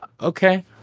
okay